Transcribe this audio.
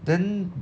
then